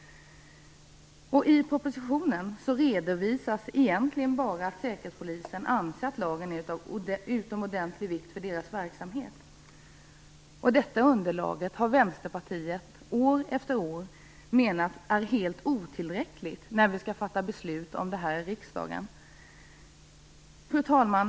I propositionen redovisas egentligen bara att säkerhetspolisen anser att lagen är av utomordentlig vikt för dess verksamhet. Detta underlag har Vänsterpartiet år efter år menat är helt otillräckligt när vi skall fatta beslut om detta i riksdagen. Fru talman!